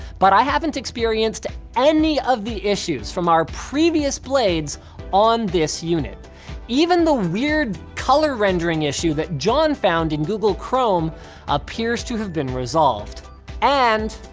but i haven't experienced any of the issues from our previous blades on this unit even the weird color rendering issue that john found in google chrome appears to have been resolved and,